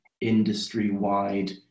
industry-wide